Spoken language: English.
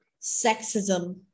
sexism